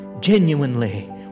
genuinely